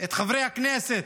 את חברי הכנסת,